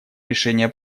решение